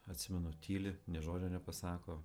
atsimenu tyli nė žodžio nepasako